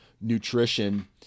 nutrition